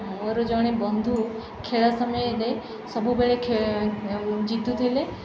ମୋର ଜଣେ ବନ୍ଧୁ ଖେଳ ସମୟରେ ସବୁବେଳେ ଖେ ଜିତୁ ଥିଲେ